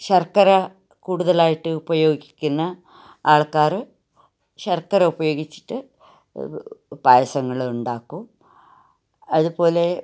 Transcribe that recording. ശർക്കര കൂടുതലായിട്ട് ഉപയോഗിക്കുന്ന ആൾക്കാർ ശർക്കര ഉപയോഗിച്ചിട്ട് പായസങ്ങൾ ഉണ്ടാക്കും അതുപോലെ